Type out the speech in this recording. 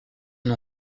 nom